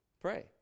pray